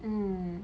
mm